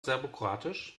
serbokroatisch